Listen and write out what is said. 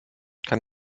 kann